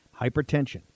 Hypertension